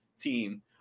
team